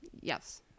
Yes